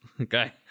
okay